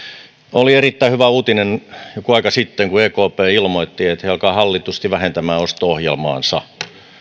oli erittäin hyvä uutinen joku aika sitten kun ekp ilmoitti että he alkavat hallitusti vähentämään osto ohjelmaansa